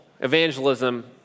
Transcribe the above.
Evangelism